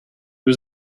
was